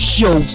Show